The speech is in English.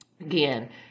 again